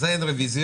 בשעה 13:42.